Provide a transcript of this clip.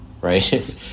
Right